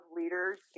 leaders